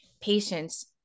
patients